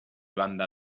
banda